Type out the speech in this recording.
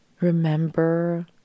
remember